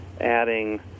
adding